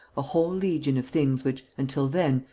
a whole legion of things which, until then,